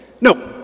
No